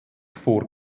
vor